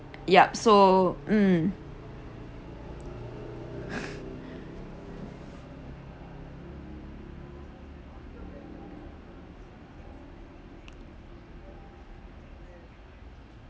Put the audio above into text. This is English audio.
yup so mm